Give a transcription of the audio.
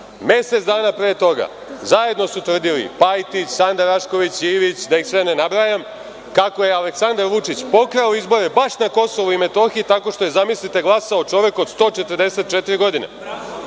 Mesec dana pre toga zajedno su tvrdili Pajtić, Sanda Rašković Ivić, da ih sve ne nabrajam, kako je Aleksandar Vučić pokrao izbore baš na KiM, tako što je, zamislite, glasao čovek od 144 godine.